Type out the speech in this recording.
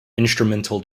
instrumental